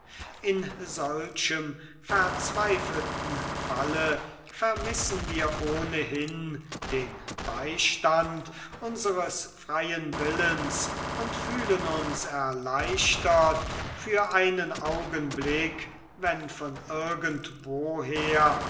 in solchem verzweifelten falle vermissen wir ohnehin den beistand unseres freien willens und fühlen uns erleichtert für einen augenblick wenn von